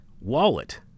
wallet